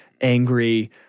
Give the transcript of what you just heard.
angry